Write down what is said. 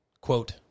Quote